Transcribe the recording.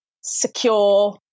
secure